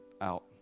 out